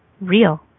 real